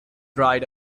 dried